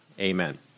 Amen